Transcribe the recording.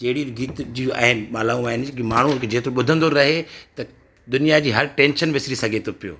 जहिड़ी बि गीत जूं आहिनि मालाऊं आहिनि की माण्हू जेतिरो ॿुधंदो रहे त दुनिया जी हर टैंशन विसरी सघे थो पियो